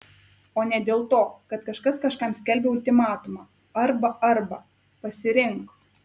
o ne dėl to kad kažkas kažkam skelbia ultimatumą arba arba pasirink